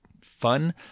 fun